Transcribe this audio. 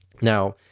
now